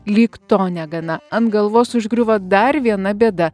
lyg to negana ant galvos užgriuvo dar viena bėda